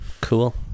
Cool